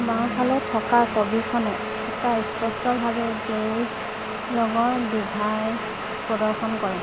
বাওঁফালে থকা ছবিখনে এটা স্পষ্টভাৱে বেইজ ৰঙৰ ডিভাইচ প্ৰদৰ্শন কৰে